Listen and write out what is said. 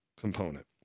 component